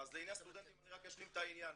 ואני אשלים את העניין,